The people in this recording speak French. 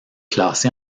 classé